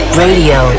radio